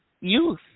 youth